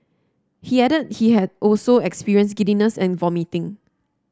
he added he had also experienced giddiness and vomiting